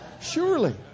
Surely